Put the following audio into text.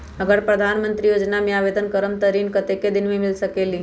अगर प्रधानमंत्री योजना में आवेदन करम त ऋण कतेक दिन मे मिल सकेली?